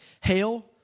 Hail